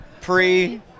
Pre